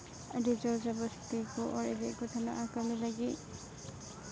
ᱟᱹᱰᱤ ᱡᱳᱨ ᱡᱚᱵᱥᱛᱤ ᱠᱚ ᱚᱨ ᱤᱫᱤᱭᱮᱜ ᱠᱚ ᱛᱟᱦᱮᱱᱟ ᱠᱟᱹᱢᱤ ᱞᱟᱹᱜᱤᱫ